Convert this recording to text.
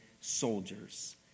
soldiers